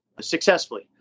successfully